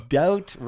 doubt